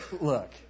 Look